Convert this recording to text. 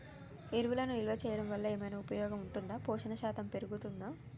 ఎరువులను నిల్వ చేయడం వల్ల ఏమైనా ఉపయోగం ఉంటుందా పోషణ శాతం పెరుగుతదా?